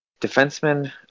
defenseman